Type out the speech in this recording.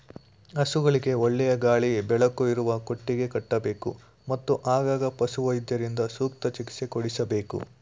ಹಸುಗಳಿಗೆ ಒಳ್ಳೆಯ ಗಾಳಿ ಬೆಳಕು ಇರುವ ಕೊಟ್ಟಿಗೆ ಕಟ್ಟಬೇಕು, ಮತ್ತು ಆಗಾಗ ಪಶುವೈದ್ಯರಿಂದ ಸೂಕ್ತ ಚಿಕಿತ್ಸೆ ಕೊಡಿಸಬೇಕು